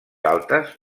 altes